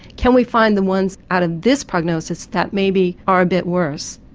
can we find the ones out of this prognosis that maybe are a bit worse,